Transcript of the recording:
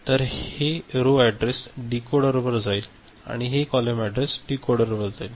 तर हे row address डिकोडरवर जाईल आणि हे कॉलम अॅड्रेस डिकोडरवर जाईल